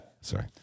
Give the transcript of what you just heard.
sorry